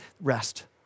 rest